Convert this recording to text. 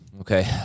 Okay